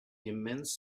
immense